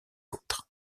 autres